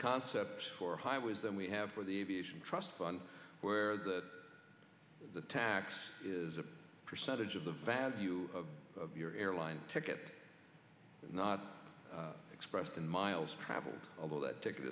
concept for highways than we have for the aviation trust fund where the the tax is a percentage of the value of your airline ticket not expressed in miles traveled although that ticket